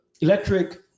electric